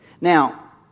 Now